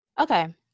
Okay